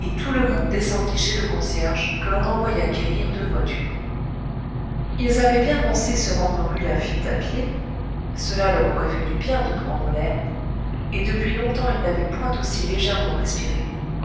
et tout le monde descendit chez le concierge que l'on envoya quérir deux voitures ils avaient bien pensé se rendre rue laffitte à pied cela leur aurait fait du bien de prendre l'air et depuis longtemps ils n'avaient point aussi légèrement respiré